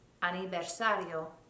aniversario